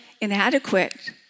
inadequate